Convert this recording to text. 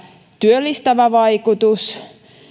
työllistävä vaikutus